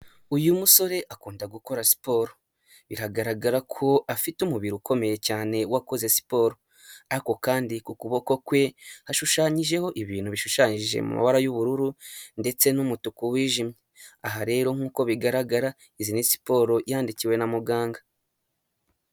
Uyu musore akunda gukora siporo bigaragara ko afite umubiri ukomeye cyane wakoze siporo, ariko kandi ku kuboko kwe hashushanyijeho ibintu bishushanyije mu mabara y'ubururu ndetse n'umutuku wijimye, aha rero nk'uko bigaragara izi ni siporo yandikiwe na muganga.